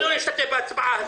נשתתף בהצבעה הזאת.